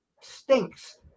stinks